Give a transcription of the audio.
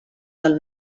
del